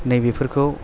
नै बेफोरखौ